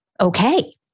okay